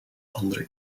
andere